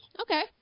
Okay